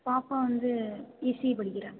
பாப்பா வந்து இசிஇ படிக்கிறாள்